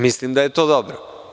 Mislim da je to dobro.